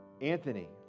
Anthony